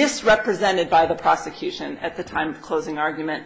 misrepresented by the prosecution at the time closing argument